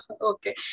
Okay